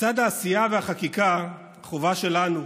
לצד העשייה והחקיקה, החובה שלנו